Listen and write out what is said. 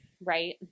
Right